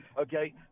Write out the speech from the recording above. okay